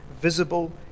visible